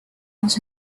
out